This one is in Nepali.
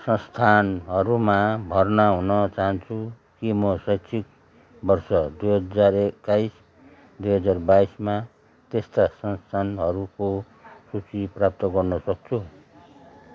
संस्थानहरूमा भर्ना हुन चाहन्छु के म शैक्षिक वर्ष दुई हजार एक्काइस दुई हजार बाइसमा त्यस्ता संस्थानहरूको सूची प्राप्त गर्नसक्छु